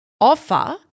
offer